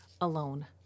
alone